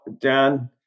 Dan